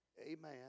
amen